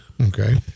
Okay